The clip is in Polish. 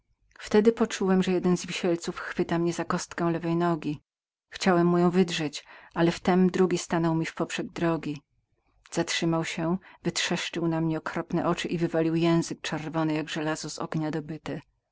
wtedy uczułem że jeden z wisielców chwytał mnie za kostkę lewej nogi chciałechciałem mu ją wydrzeć ale wtem drugi stanął mi w poprzek drogi zatrzymał się wytrzeszczył na mnie okropne oczy i wywalił język czerwony jak żelazo z ognia dobyte